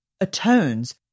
atones